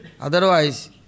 Otherwise